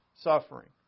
suffering